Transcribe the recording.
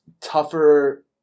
tougher